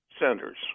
centers